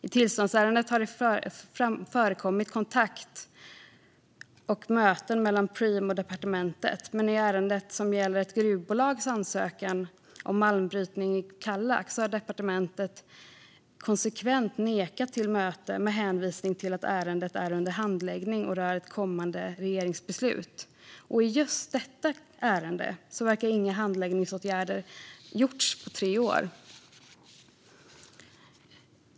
I tillståndsärendet förekom det kontakt och möten mellan Preem och departementet, men i ärendet som gäller ett gruvbolags ansökan om malmbrytning i Kallak har departementet konsekvent nekat till ett möte med hänvisning till att ärendet är under handläggning och rör ett kommande regeringsbeslut. Och i just detta ärende verkar inga handläggningsåtgärder ha gjorts på tre år.